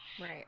Right